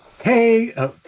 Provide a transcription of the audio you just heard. hey